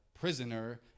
prisoner